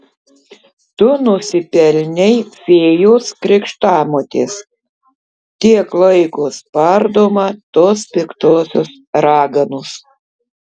tu nusipelnei fėjos krikštamotės tiek laiko spardoma tos piktosios raganos